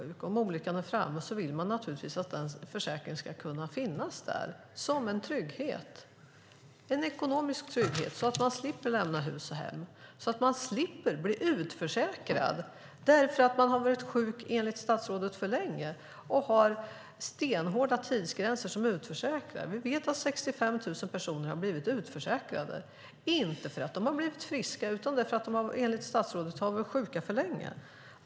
Men om olyckan är framme och man blir sjuk vill man naturligtvis att den försäkringen ska finnas där som en ekonomisk trygghet så att man slipper lämna hus och hem därför att man har varit sjuk, enligt statsrådet, för länge och blir utförsäkrad på grund av stenhårda tidsgränser. 65 000 personer har blivit utförsäkrade, inte för att de har blivit friska utan för att de enligt statsrådet har varit sjuka för länge.